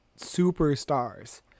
superstars